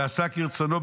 "ועשה כרצונו,